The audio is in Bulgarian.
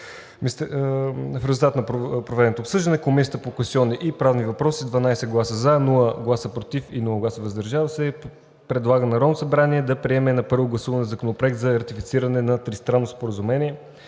В резултат на проведеното обсъждане Комисията по конституционни и правни въпроси с 12 гласа „за“, без гласове „против“ и „въздържал се“ предлага на Народното събрание да приеме на първо гласуване Законопроект за ратифициране на Тристранно споразумение